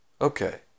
okay